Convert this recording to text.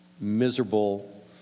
miserable